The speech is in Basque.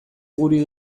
guri